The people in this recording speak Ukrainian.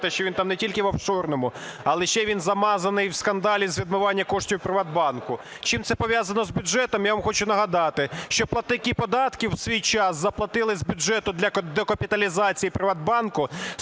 що він там не тільки в офшорному, але ще він "замазаний" в скандалі з відмивання коштів "Приватбанку". Чим це пов'язано з бюджетом? Я вам хочу нагадати, що платники податків у свій час заплатили з бюджету для докапіталізації "Приватбанку"